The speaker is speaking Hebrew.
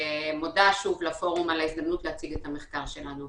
ואני מודה שוב לפורום על ההזדמנות להציג את המחקר שלנו.